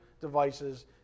devices